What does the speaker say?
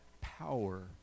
power